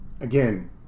Again